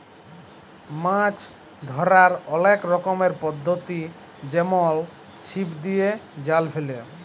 মাছ ধ্যরার অলেক রকমের পদ্ধতি যেমল ছিপ দিয়ে, জাল ফেলে